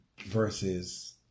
versus